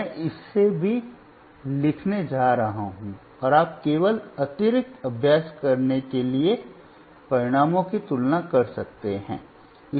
मैं इसे भी लिखने जा रहा हूं और आप केवल अतिरिक्त अभ्यास के लिए परिणामों की तुलना कर सकते हैं